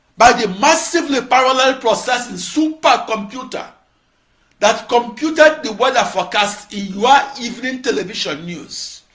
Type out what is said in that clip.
by the massively parallel processing supercomputer that computed the weather forecast in your evening television news.